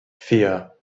vier